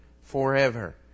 forever